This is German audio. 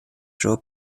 jean